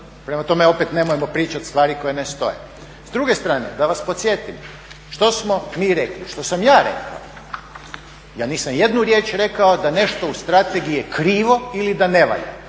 prema tome opet nemojmo pričati stvari koje ne stoje. S druge strane, da vas podsjetim što smo mi rekli, što sam ja rekao, ja nisam jednu riječ rekao da nešto u strategiji je krivo ili da ne valja,